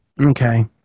Okay